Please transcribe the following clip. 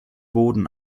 boden